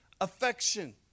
affection